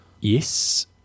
Yes